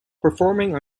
performing